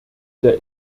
der